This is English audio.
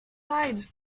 sides